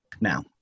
Now